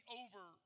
over